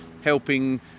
helping